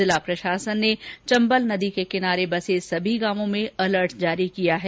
जिला प्रशासन ने चम्बल नदी के किनारे बासे सभी गांव में अलर्ट जारी कर दिया है